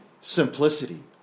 simplicity